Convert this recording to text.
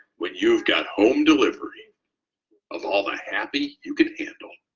when you've got home delivery of all the happy you can handle.